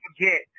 forget